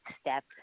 step